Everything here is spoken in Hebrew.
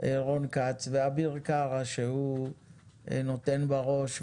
רון כץ ואביר קארה שהוא נותן בראש ונחוש,